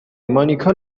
مانیکا